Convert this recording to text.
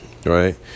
Right